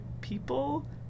people